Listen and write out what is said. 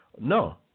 No